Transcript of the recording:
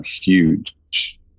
huge